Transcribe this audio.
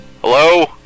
Hello